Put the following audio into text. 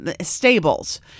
stables